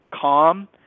calm